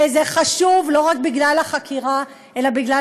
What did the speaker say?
זה חשוב לא רק בגלל החקירה אלא בגלל